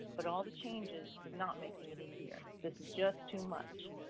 but all the changes is not making it easier, this is just too much.